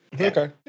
Okay